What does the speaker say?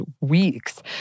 weeks